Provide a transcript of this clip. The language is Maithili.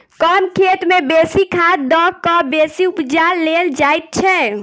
कम खेत मे बेसी खाद द क बेसी उपजा लेल जाइत छै